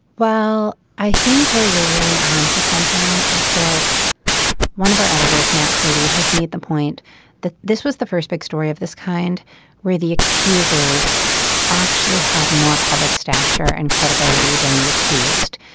well i think where you're really on to something is that one of our editors matt purdy has made the point that this was the first big story of this kind where the accusers actually had more public stature and credibility than the accused.